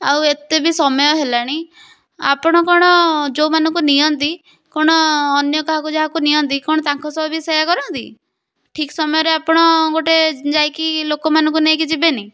ଆଉ ଏତେ ବି ସମୟ ହେଲାଣି ଆପଣ କ'ଣ ଯେଉଁମାନଙ୍କୁ ନିଅନ୍ତି କ'ଣ ଅନ୍ୟ କାହାକୁ ଯାହାକୁ ନିଅନ୍ତି କ'ଣ ତାଙ୍କ ସହ ବି ସେୟା କରନ୍ତି ଠିକ୍ ସମୟରେ ଆପଣ ଗୋଟେ ଯାଇକି ଲୋକମାନଙ୍କୁ ନେଇକି ଯିବେନି